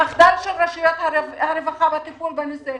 המחדל של רשויות הרווחה בטיפול בנושא.